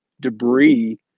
debris